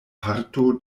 parto